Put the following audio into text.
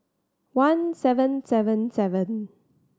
one seven seven seven